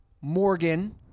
Morgan